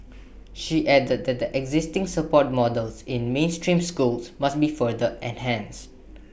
she added that the existing support models in mainstream schools must be further enhanced